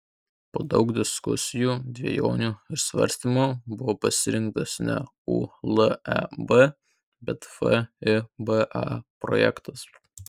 po daug diskusijų dvejonių ir svarstymų buvo pasirinktas ne uleb bet fiba projektas